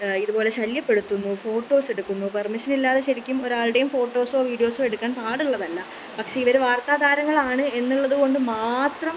ഇതുപോലെ ശല്യപ്പെടുത്തുന്നു ഫോട്ടോസെടുക്കുന്നു പെർമിഷനില്ലാതെ ശരിക്കും ഒരാളുടേയും ഫോട്ടോസോ വിടിയോസോ എടുക്കാൻ പാടുള്ളതല്ല പക്ഷെ ഇവർ വാർത്താതാരങ്ങളാണ് എന്നുള്ളതുകൊണ്ട് മാത്രം